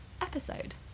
episode